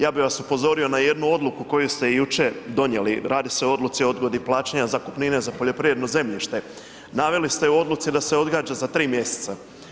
Ja bih vas upozorio na jednu odluku koju ste jučer donijeli, radi se o odluci o odgodi plaćanja zakupnine za poljoprivredno zemljište, naveli ste u odluci da se odgađa za tri mjeseca.